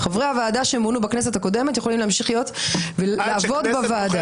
חברי הוועדה שמונו בכנסת הקודמת יכולים להמשיך לעבוד בוועדה.